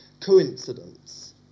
coincidence